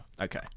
Okay